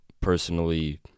personally